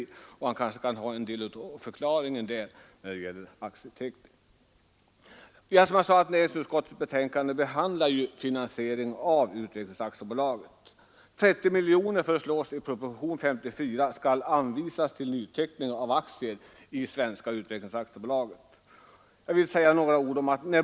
Där kan han kanske finna en del av förklaringen när det gäller Näringsutskottets betänkande behandlar ju finansieringen av Utvecklingsaktiebolaget. I proposition nr 54 föreslås att 30 miljoner kronor skall anvisas till nyteckning av aktier i Svenska utvecklingsaktiebolaget. Jag vill säga några ord om detta.